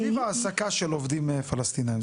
סביב העסקה של עובדים פלסטינים.